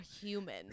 human